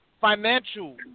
financial